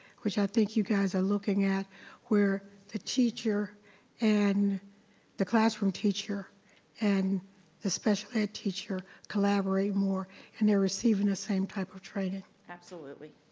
which i think you guys are looking at where the teacher and the classroom teacher and the special ed teacher collaborate more and they're receiving the same type of training. absolutely.